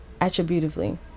attributively